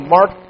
Mark